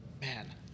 Man